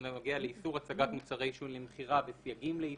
הוא נוגע לאיסור הצגת מוצרי עישון ולמכירה וסייגים לייצור,